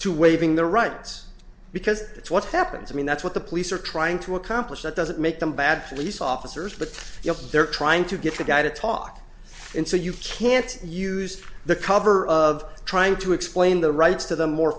to waiving the rights because that's what happens i mean that's what the police are trying to accomplish that doesn't make them bad police officers but they're trying to get the guy to talk and so you can't use the cover of trying to explain the rights to them or